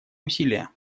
усилия